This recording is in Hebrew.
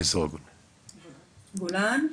גולן,